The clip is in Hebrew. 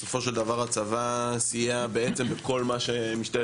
בסופו של דבר הצבא סייע בעצם בכל מה שמשטרת